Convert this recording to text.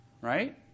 right